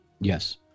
yes